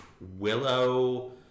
Willow